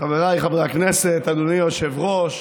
חבריי חברי הכנסת, אדוני היושב-ראש,